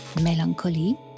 melancholy